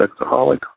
sexaholic